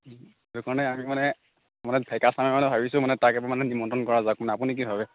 সেইটো কাৰণে আমি মানে মানে ডেকাচামে মানে ভাবিছোঁ মানে তাক এইবাৰ মানে নিমন্ত্ৰণ কৰা যাওক মানে আপুনি কি ভাবে